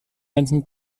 ganzen